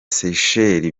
seychelles